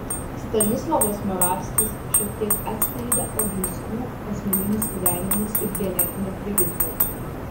stanislovas moravskis šiek tiek atskleidė oginskių asmeninius gyvenimus ir genetinę prigimtį